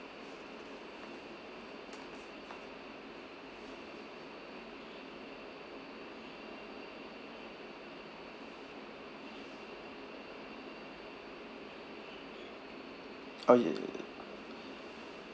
oh ye~